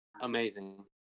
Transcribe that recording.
Amazing